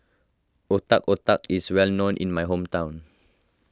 Otak Otak is well known in my hometown